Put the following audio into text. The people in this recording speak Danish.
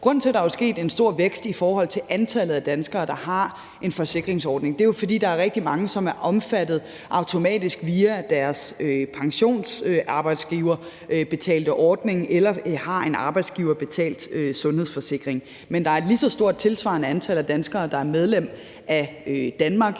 Grunden til, at der er sket en stor vækst i antallet af danskere, der har en forsikringsordning, er jo, at der er rigtig mange, som er omfattet automatisk via deres arbejdsgiverbetalte pensionsordning eller har en arbejdsgiverbetalt sundhedsforsikring. Men der er et lige så stort antal af danskere, der er medlem af